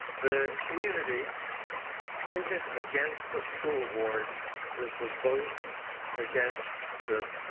the community voted against the school board with the vote against the